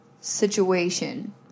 situation